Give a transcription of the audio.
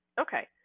Okay